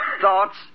thoughts